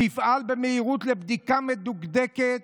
שיפעל במהירות לבדיקה מדוקדקת